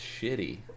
shitty